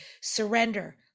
surrender